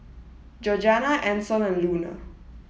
Georgeanna Ancel and Luna